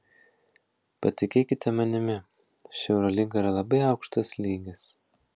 patikėkite manimi ši eurolyga yra labai aukštas lygis